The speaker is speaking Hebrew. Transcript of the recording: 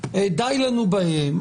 די לנו בהם?